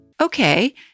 Okay